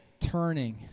turning